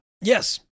Yes